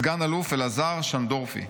סגן-אלוף אלעזר שנדורפי.